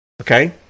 okay